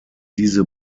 diese